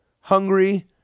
hungry